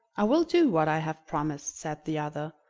i will do what i have promised, said the other,